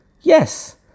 yes